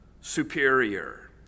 Superior